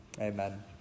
Amen